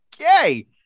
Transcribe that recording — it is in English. Okay